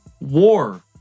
war